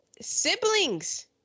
siblings